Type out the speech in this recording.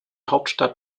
hauptstadt